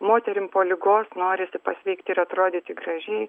moterim po ligos norisi pasveikti ir atrodyti gražiai